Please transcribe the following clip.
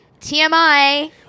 TMI